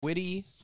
witty